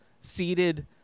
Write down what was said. seated